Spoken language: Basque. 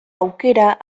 aukera